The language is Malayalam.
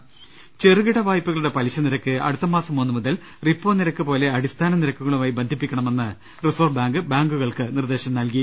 ് ചെറുകിട വായ്പകളുടെ പലിശ നിരക്ക് അടുത്തമാസം ഒന്നു മുതൽ റിപ്പോ നിരക്ക്പോലെ അടിസ്ഥാന നിരക്കുകളായി ബന്ധിപ്പിക്കണമെന്ന് റിസർവ് ബാങ്ക് ബാങ്കുകൾക്ക് നിർദ്ദേശം നൽകി